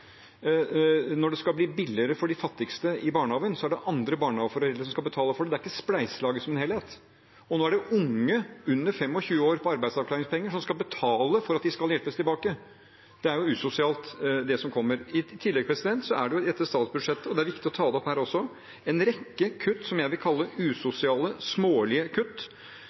Når det skal bli billigere med barnehage for de fattigste, er det andre barnehageforeldre som skal betale for det –det er ikke spleiselaget som en helhet. Og nå er det unge under 25 år på arbeidsavklaringspenger som skal betale for at de skal hjelpes tilbake. Det er usosialt, det som kommer. I tillegg er det i dette statsbudsjettet – det er viktig å ta det opp her også – en rekke kutt som jeg vil kalle usosiale og smålige,